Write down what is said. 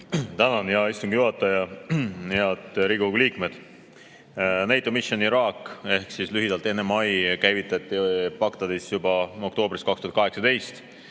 Tänan, hea istungi juhataja! Head Riigikogu liikmed! NATO Mission Iraq ehk siis lühidalt NMI käivitati Bagdadis juba oktoobris 2018.